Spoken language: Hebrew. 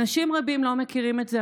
אנשים רבים לא מכירים את זה,